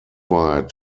weit